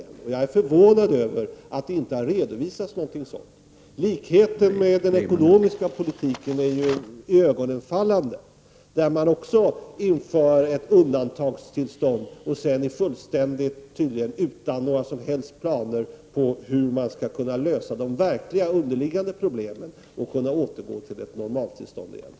Jag är förvånad över att någonting sådant inte har redovisats. Likheten med den ekonomiska politiken är på den punkten iögonenfallande. Där inför man ju också ett undantagstillstånd och är sedan tydligen utan några som helst planer på hur man skall kunna lösa de verkliga, underliggande problemen och återgå till ett normaltillstånd igen.